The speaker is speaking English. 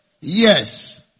Yes